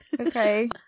Okay